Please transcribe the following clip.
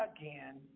again